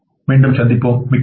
மிக்க நன்றி